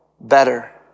better